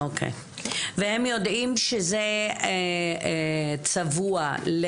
והם יודעים שזה צבוע?